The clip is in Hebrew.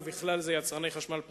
ובכלל זה יצרני חשמל פרטיים,